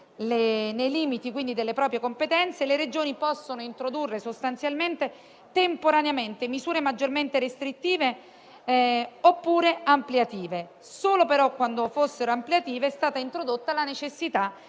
nei limiti delle proprie competenze, le Regioni possono introdurre temporaneamente misure maggiormente restrittive, oppure ampliative; solo però quando fossero ampliative, è stata introdotta la necessità